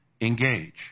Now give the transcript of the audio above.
engage